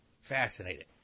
Fascinating